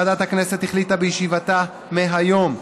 ועדת הכנסת החליטה בישיבתה מהיום,